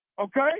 okay